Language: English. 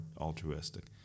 altruistic